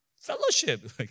Fellowship